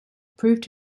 proved